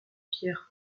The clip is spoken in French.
pierres